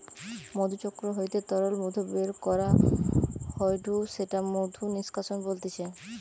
মধুচক্র হইতে তরল মধু বের করা হয়ঢু সেটা মধু নিষ্কাশন বলতিছে